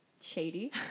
shady